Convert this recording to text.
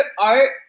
art